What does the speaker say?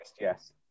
yes